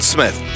Smith